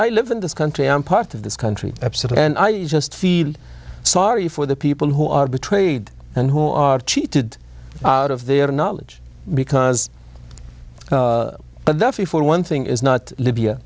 i live in this country i am part of this country upset and i just feel sorry for the people who are betrayed and who are cheated out of their knowledge because but the fee for one thing is not libya